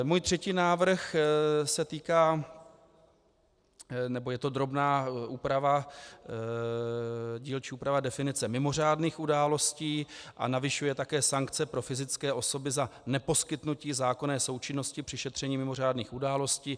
Můj třetí návrh se týká nebo je to drobná dílčí úprava definice mimořádných událostí a navyšuje také sankce pro fyzické osoby za neposkytnutí zákonné součinnosti při šetření mimořádných událostí.